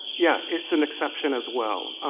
yeah, it's an exception as well.